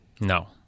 No